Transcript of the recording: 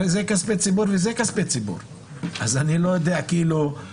הרי זה כספי ציבור וזה כספי ציבור אז אני לא יודע למה.